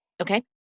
Okay